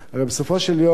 הרי בסופו של יום,